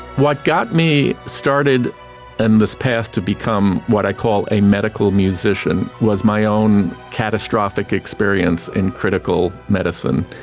what got me started in this path to become what i call a medical musician was my own catastrophic experience in critical medicine.